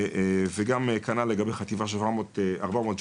וגם כנ"ל לגבי חטיבה 417,